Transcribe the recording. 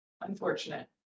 Unfortunate